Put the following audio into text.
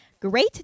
Great